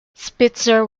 spitzer